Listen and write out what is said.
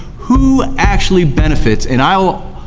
who actually benefits, and i will